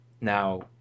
Now